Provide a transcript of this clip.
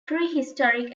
prehistoric